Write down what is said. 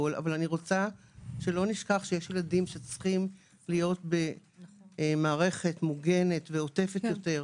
אבל רוצה שלא נשכח שיש ילדים שצריכים להיות במערכת מוגנת ועוטפת יותר.